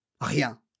Rien